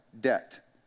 debt